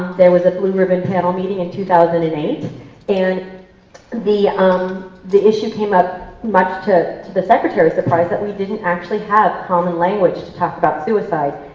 there was a blue ribbon panel meeting in two thousand and eight and the um the issue came up, much to to the secretary's surprise, that we didn't actually have a common language to talk about suicide.